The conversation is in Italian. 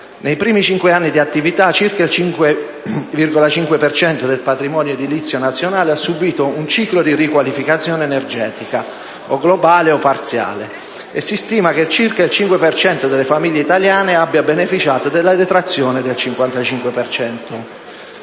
Nei primi cinque anni di attività, circa il 5,5 per cento del patrimonio edilizio nazionale ha subito un ciclo di riqualificazione energetica, globale o parziale, e si stima che circa il 5 per cento delle famiglie italiane abbia beneficiato della detrazione del 55